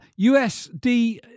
USD